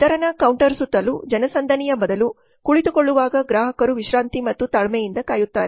ವಿತರಣಾ ಕೌಂಟರ್ ಸುತ್ತಲೂ ಜನಸಂದಣಿಯ ಬದಲು ಕುಳಿತುಕೊಳ್ಳುವಾಗ ಗ್ರಾಹಕರು ವಿಶ್ರಾಂತಿ ಮತ್ತು ತಾಳ್ಮೆಯಿಂದ ಕಾಯುತ್ತಾರೆ